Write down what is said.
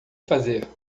fazer